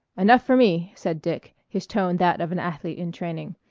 enough for me, said dick, his tone that of an athlete in training.